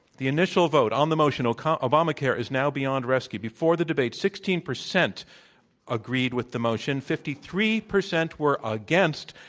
the initial vote on the motion kind of obamacare is now beyond rescue before the debate, sixteen percent agreed with the motion. fifty three percent were against.